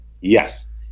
Yes